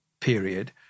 period